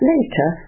Later